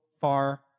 far